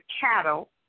cattle